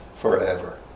Forever